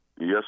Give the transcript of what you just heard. yes